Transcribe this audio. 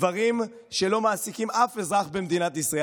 דברים שלא מעסיקים אף אזרח במדינת ישראל.